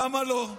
למה לא.